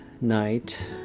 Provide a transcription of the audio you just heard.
night